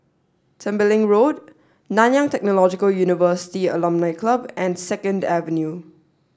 Tembeling Road Nanyang Technological University Alumni Club and Second Avenue